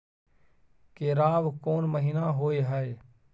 केराव कोन महीना होय हय?